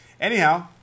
anyhow